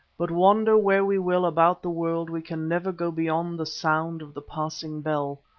but wander where we will about the world we can never go beyond the sound of the passing bell.